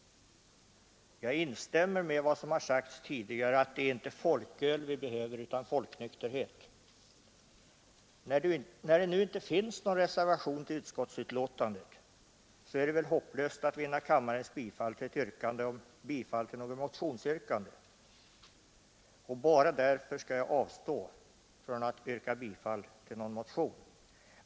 Jag instämmer i vad som sagts tidigare, att det inte är ett folköl vi behöver utan folknykterhet. Men när det nu inte har avgivits någon reservation till utskottets betänkande är det väl hopplöst att nu få kammaren med på ett yrkande om bifall till något motionsyrkande, och bara därför skall jag avstå från att yrka bifall till någon motion.